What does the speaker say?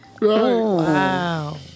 Wow